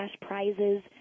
prizes